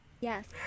Yes